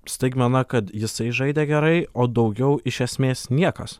staigmena kad jisai žaidė gerai o daugiau iš esmės niekas